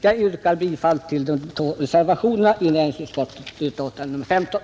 Jag yrkar bifall till de båda reservationer som är fogade vid utskottets betänkande nr 15.